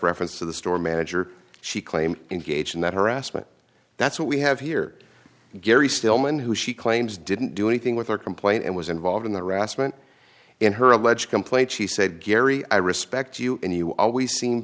reference to the store manager she claimed engage in that harassment that's what we have here gary stillman who she claims didn't do anything with her complaint and was involved in the rassmann in her alleged complaint she said gary i respect you and you always seem